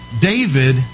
David